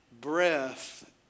breath